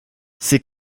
ces